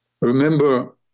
Remember